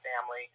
family